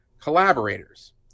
collaborators